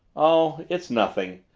oh it's nothing.